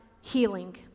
healing